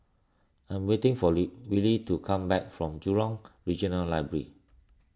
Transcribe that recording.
I am waiting for Willy to come back from Jurong Regional Library